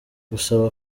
gusaba